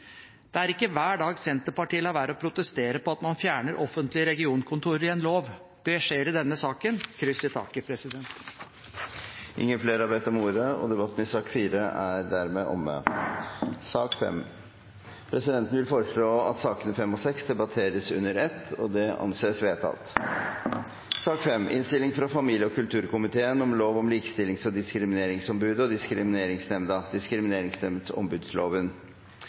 Det er ikke hver dag Senterpartiet lar være å protestere på at man fjerner offentlige regionkontor i en lov. Det skjer i denne i denne saken – kryss i taket. Flere har ikke bedt om ordet til sak nr. 4. Presidenten vil foreslå at sakene nr. 5 og nr. 6 behandles under ett. – Det anses vedtatt. Etter ønske fra familie- og kulturkomiteen vil presidenten foreslå at debatten blir begrenset til 1 time og 45 minutter, og